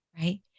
right